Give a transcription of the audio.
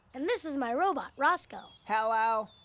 and this is my robot, roscoe. hello.